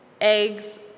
eggs